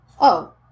Oh